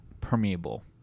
permeable